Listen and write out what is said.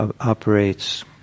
operates